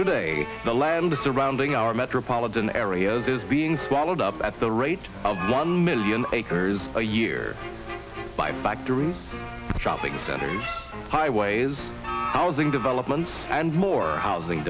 today the land the surrounding our metropolitan areas is being swallowed up at the rate of one million acres a year by factories shopping centers highways housing developments and more housing